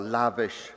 lavish